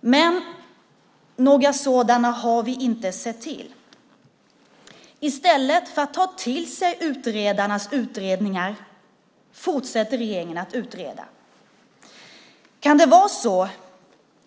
Men några sådana har vi inte sett till. I stället för att ta till sig utredarnas utredningar fortsätter regeringen att utreda. Kan det vara så